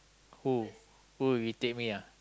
who who irritate me ah